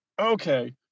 Okay